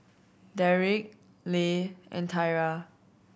Derik Leigh and Tyra